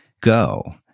go